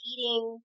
Eating